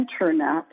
internet